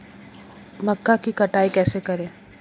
मक्का की कटाई कैसे करें?